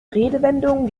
redewendungen